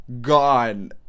Gone